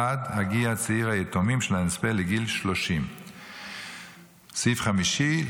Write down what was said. עד שיגיע צעיר היתומים של הנספה לגיל 30. סעיף חמישי,